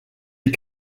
les